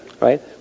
right